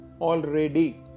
already